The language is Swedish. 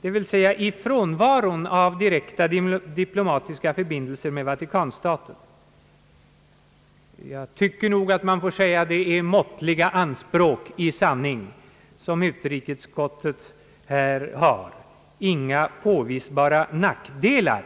d. v. s. i frånvaron av direkta diplomatiska förbindelser med Vatikanstaten. Jag tycker nog att man får säga att det i sanning är måttliga anspråk som utrikesutskottet här har: inga »påvisbara nackdelar».